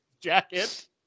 jacket